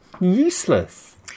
Useless